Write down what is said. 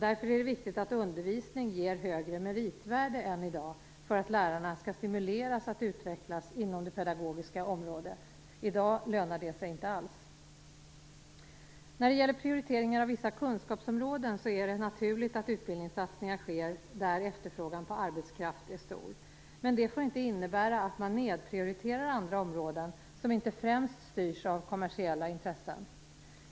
Därför är det viktigt att undervisning ger högre meritvärde än i dag, för att lärarna skall stimuleras att utvecklas inom det pedagogiska området. I dag lönar det sig inte alls. När det gäller prioriteringar av vissa kunskapsområden är det naturligt att utbildningssatsningar sker där efterfrågan på arbetskraft är stor, men det får inte innebära att man nedprioriterar andra områden, som inte främst styrs av kommersiella intressen.